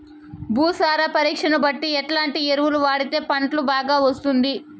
భూసార పరీక్ష బట్టి ఎట్లా ఎరువులు వాడితే పంట బాగా వస్తుంది?